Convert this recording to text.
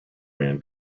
ran